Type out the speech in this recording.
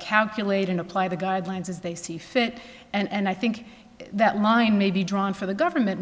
calculate and apply the guidelines as they see fit and i think that line may be drawn for the government